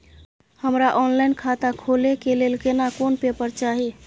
हमरा ऑनलाइन खाता खोले के लेल केना कोन पेपर चाही?